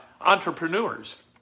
entrepreneurs